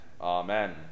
Amen